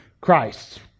Christ